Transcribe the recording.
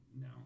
no